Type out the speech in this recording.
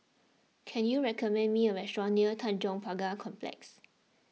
can you recommend me a restaurant near Tanjong Pagar Complex